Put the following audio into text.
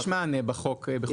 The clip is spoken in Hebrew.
יש מענה בחוק מקורות אנרגיה.